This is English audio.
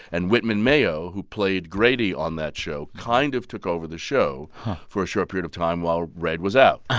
and whitman mayo, who played grady on that show, kind of took over the show for a short period of time while redd was out.